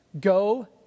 go